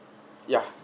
yeah